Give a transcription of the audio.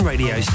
Radio